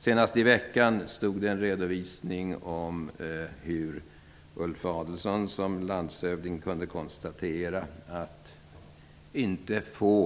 Senast i den här veckan gjordes en redovisning av hur Ulf Adelsohn som landshövding kunde konstatera att inte ett ringa antal